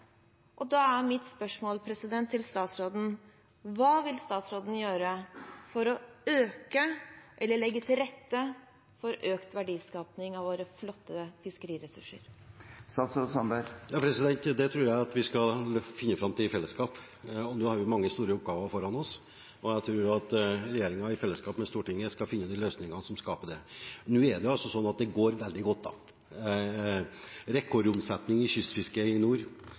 og at fiskeressursene skal komme kystsamfunnene til gode. Jeg regner med at statsråden er enig i disse grunnleggende prinsippene. Men så vet vi også at økt bearbeiding skaper økt verdiskaping. Da er mitt spørsmål til statsråden: Hva vil statsråden gjøre for å legge til rette for økt verdiskaping av våre flotte fiskeriressurser? Det tror jeg at vi skal finne fram til i fellesskap. Nå har vi mange store oppgaver foran oss, og jeg tror at regjeringen i fellesskap med Stortinget skal finne løsningene for det. Nå er det altså sånn at det